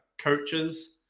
coaches